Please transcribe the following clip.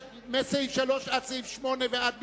מסעיף 3 עד סעיף 8 ועד בכלל,